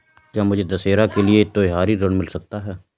क्या मुझे दशहरा के लिए त्योहारी ऋण मिल सकता है?